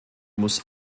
muss